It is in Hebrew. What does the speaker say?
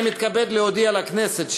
אני מתכבד להודיע לכנסת,